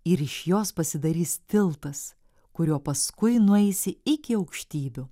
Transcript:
ir iš jos pasidarys tiltas kuriuo paskui nueisi iki aukštybių